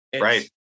Right